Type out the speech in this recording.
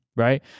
right